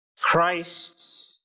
Christ